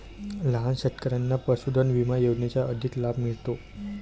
लहान शेतकऱ्यांना पशुधन विमा योजनेचा अधिक लाभ मिळतो